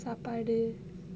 சாப்பாடு:saappaadu